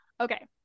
Okay